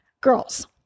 Girls